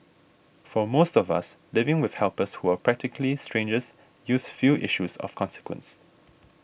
for most of us living with helpers who are practically strangers yields few issues of consequence